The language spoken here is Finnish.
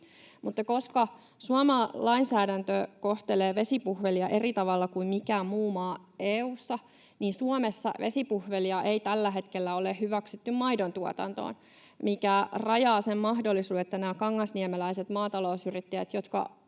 koska Suomen lainsäädäntö kohtelee vesipuhvelia eri tavalla kuin mikään muu maa EU:ssa, niin Suomessa vesipuhvelia ei tällä hetkellä ole hyväksytty maidontuotantoon, mikä rajaa näiltä kangasniemeläisiltä maatalousyrittäjiltä,